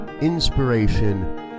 inspiration